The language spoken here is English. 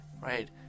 right